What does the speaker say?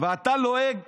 ואתה לועג